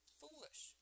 foolish